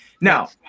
now